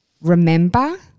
Remember